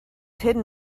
hidden